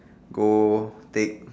go take